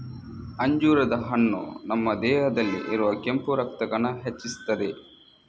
ಅಂಜೂರದ ಹಣ್ಣು ನಮ್ಮ ದೇಹದಲ್ಲಿ ಇರುವ ಕೆಂಪು ರಕ್ತ ಕಣ ಹೆಚ್ಚಿಸ್ತದೆ